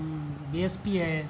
be S P ہے